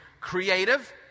Creative